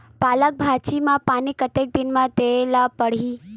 पालक भाजी म पानी कतेक दिन म देला पढ़ही?